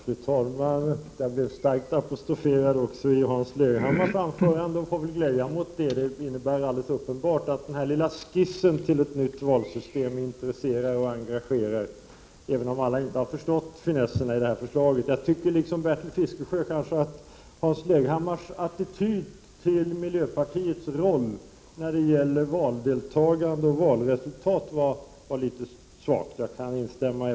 Fru talman! Jag blev starkt apostroferad också i Hans Leghammars anförande och får väl glädja mig åt det. Det innebär alldeles uppenbart att den lilla skissen till ett nytt valsystem intresserar och engagerar, även om alla inte har förstått finesserna i det här förslaget. Jag tycker liksom Bertil Fiskesjö att Hans Leghammars attityd till miljöpartiets roll när det gäller valdeltagande och valresultat var litet svag.